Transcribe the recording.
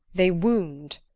they wound,